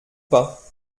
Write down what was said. pas